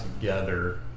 together